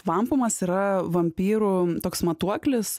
vampumas yra vampyrų toks matuoklis